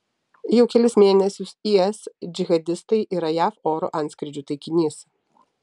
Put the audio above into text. jau kelis mėnesius is džihadistai yra jav oro antskrydžių taikinys